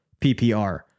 PPR